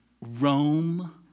Rome